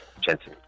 Jensen